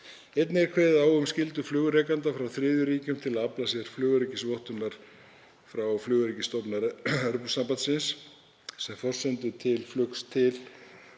Einnig er kveðið á um skyldu flugrekenda frá þriðju ríkjum til að afla sér flugöryggisvottunar frá Flugöryggisstofnun Evrópusambandsins sem forsendu til flugs til